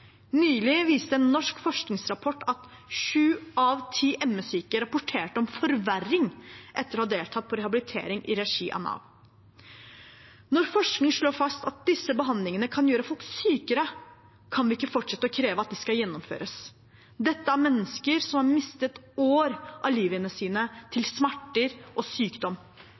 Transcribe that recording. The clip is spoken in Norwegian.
Nylig viste en norsk forskningsrapport at sju av ti ME-syke rapporterte om forverring etter å ha deltatt på rehabilitering i regi av Nav. Når forskning slår fast at disse behandlingene kan gjøre folk sykere, kan vi ikke fortsette å kreve at de skal gjennomføres. Dette er mennesker som har mistet år av livet sitt til smerter og sykdom.